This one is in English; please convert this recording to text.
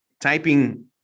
typing